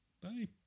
Bye